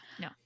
No